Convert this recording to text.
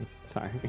Sorry